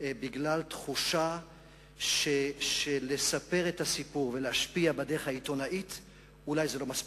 בגלל תחושה שלספר את הסיפור ולהשפיע בדרך העיתונאית זה אולי לא מספיק.